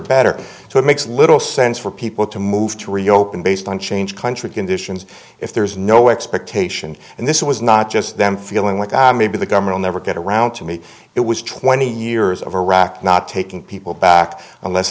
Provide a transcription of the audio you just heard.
better so it makes little sense for people to move to reopen based on change country conditions if there's no expectation and this was not just them feeling like i may be the governor will never get around to me it was twenty years of iraq not taking people back unless